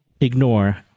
ignore